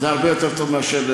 זה הרבה יותר טוב מאשר,